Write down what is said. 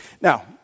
Now